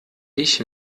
ich